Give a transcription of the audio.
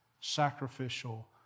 sacrificial